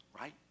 Right